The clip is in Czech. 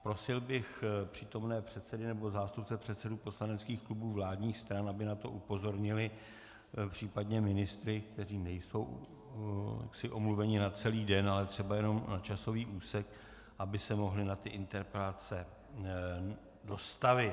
Prosil bych přítomné předsedy nebo zástupce předsedů poslaneckých klubů vládních stran, aby na to upozornili případně ministry, kteří nejsou omluveni na celý den, ale třeba jenom na časový úsek, zda by se mohli na ty interpelace dostavit.